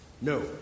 No